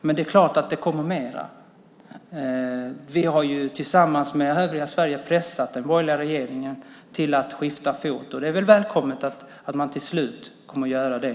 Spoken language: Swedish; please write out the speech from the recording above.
Men det är klart att det kommer mer. Vi har ju tillsammans med övriga Sverige pressat den borgerliga regeringen att skifta fot, och det är välkommet att man till slut kommer att göra det.